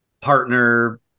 partner